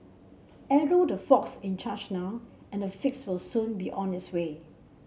arrow the folks in charge now and a fix will soon be on its way